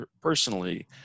personally